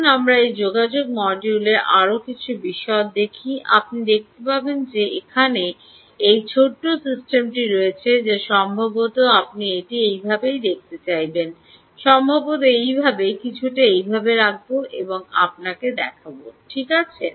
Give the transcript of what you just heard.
আসুন আমরা এই যোগাযোগ মডিউলের আরও কিছুটা বিশদ দেখি আপনি দেখতে পাবেন যে এখানে এই ছোট্ট সিস্টেমটি রয়েছে যা সম্ভবত আপনি এটি এইভাবে রাখতে চাইবেন সম্ভবত এইভাবে কিছুটা এইভাবে রাখব এবং আপনাকে দেখাব ঠিক আছে